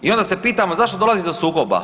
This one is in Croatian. I onda se pitamo zašto dolazi do sukoba?